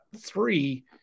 three